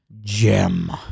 gem